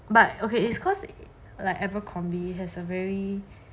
but okay it's cause like abercrombie has a very